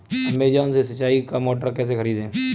Amazon से सिंचाई का मोटर कैसे खरीदें?